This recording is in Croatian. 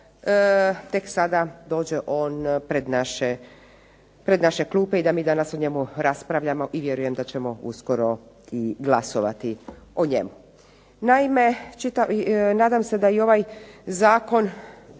tek sada dođe on pred naše klupe i da mi danas o njemu raspravljamo i vjerujem da ćemo uskoro i glasovati o njemu.